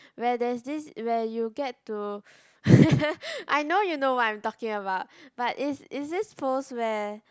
where there's this where you get to I know you know what I'm talking about but is is this post where